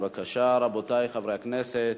בבקשה, רבותי חברי הכנסת.